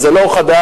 וזה לא חדש.